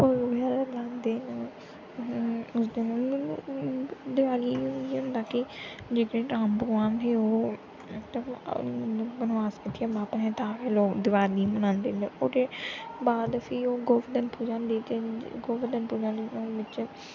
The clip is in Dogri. भोग बगैरा लांदे न उस दिन मतलब देआली होंदी तां कि जेह्के राम भगवान हे ओह् मतलब वनवास कट्टियै लौटे हे तां गै लोग दिवाली मनांदे न ओह्दे बाद फिर ओह् गोवर्धन पूजा होंदी ते गोवर्धन पूजा च